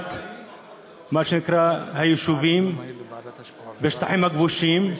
הלבנת היישובים בשטחים הכבושים.